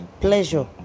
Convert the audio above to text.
pleasure